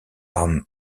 par